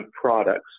products